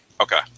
Okay